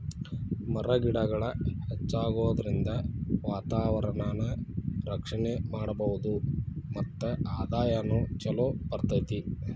ಮರ ಗಿಡಗಳ ಹೆಚ್ಚಾಗುದರಿಂದ ವಾತಾವರಣಾನ ರಕ್ಷಣೆ ಮಾಡಬಹುದು ಮತ್ತ ಆದಾಯಾನು ಚುಲೊ ಬರತತಿ